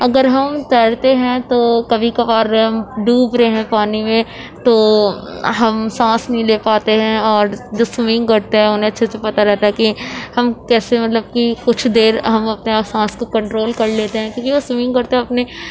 اگر ہم تیرتے ہیں تو کبھی کبھار ہم ڈوب رہے ہیں پانی میں تو ہم سانس نہیں لے پاتے ہیں اور جو سوئمنگ کرتے ہیں انہیں اچھے سے پتہ رہتا ہے کہ ہم کیسے مطلب کہ کچھ دیر ہم اپنے آپ سانس کو کنٹرول کر لیتے ہیں کیونکہ وہ سوئمنگ کرتے وقت میں